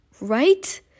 right